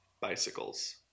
Bicycles